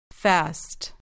Fast